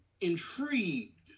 intrigued